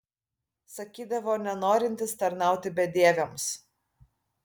sakydavo nenorintis tarnauti bedieviams